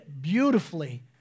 beautifully